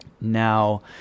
Now